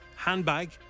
Handbag